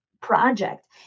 project